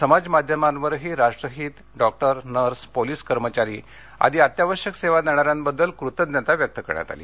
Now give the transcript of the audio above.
समाजमाध्यमांवरही राष्ट्रहित doctor nurse police कर्मचारी आदी अत्यावश्यक सेवा देणाऱ्यांबद्दल कृतज्ञता व्यक्त करण्यात आली